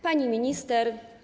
Pani Minister!